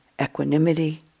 equanimity